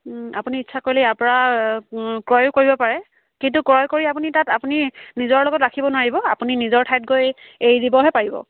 আপুনি ইচ্ছা কৰিলে ইয়াৰপৰা ক্ৰয়ো কৰিব পাৰে কিন্তু ক্ৰয় কৰি আপুনি তাত আপুনি নিজৰ লগত ৰাখিব নোৱাৰিব আপুনি নিজৰ ঠাইত গৈ এৰি দিবহে পাৰিব